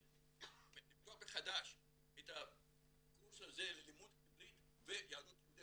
לפתוח מחדש את הקורס הזה ללימוד עברית ביהדות יהודי